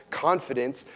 Confidence